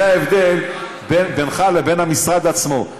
זה ההבדל בינך לבין המשרד עצמו.